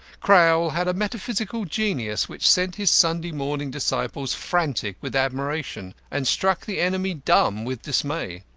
crowl had a metaphysical genius which sent his sunday morning disciples frantic with admiration, and struck the enemy dumb with dismay.